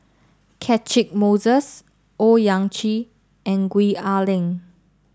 Catchick Moses Owyang Chi and Gwee Ah Leng